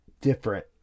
different